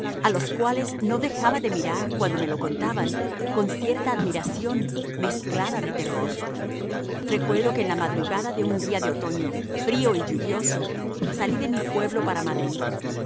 a los cuales no dejaba de mirar cuando me lo contaban con cierta admiración mezclada de terror recuerdo que en la madrugada de un día de otoño frío y lluvioso salí de mi pueblo para madrid